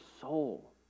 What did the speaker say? soul